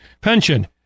pension